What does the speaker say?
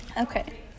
Okay